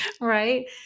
right